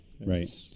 Right